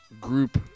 group